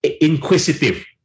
inquisitive